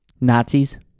Nazis